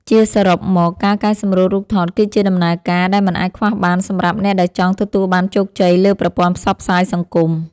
ជាសរុបមក ការកែសម្រួលរូបថតគឺជាដំណើរការដែលមិនអាចខ្វះបានសម្រាប់អ្នកដែលចង់ទទួលបានជោគជ័យលើប្រព័ន្ធផ្សព្វផ្សាយសង្គម។